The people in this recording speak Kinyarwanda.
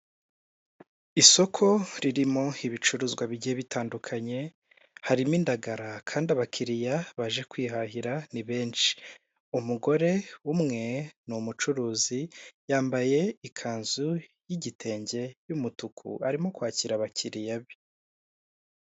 Isoko ririmo ibicuruzwa bigiye bitandukanye, harimo indagara kandi abakiriya baje kwihahira ni benshi. Umugore umwe ni umucuruzi, yambaye ikanzu y'igitenge y'umutuku, arimo kwakira abakiriya be.